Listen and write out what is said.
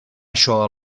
això